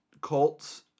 Colts